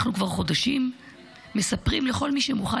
אנחנו כבר חודשים מספרים לכל מי שמוכן